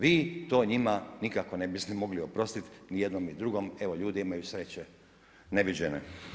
Vi to njima nikako ne biste mogli oprostiti, ni jednom ni drugom, evo ljudi imaju sreće neviđene.